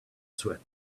sweat